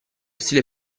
stile